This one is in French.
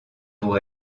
pour